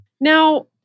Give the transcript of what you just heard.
Now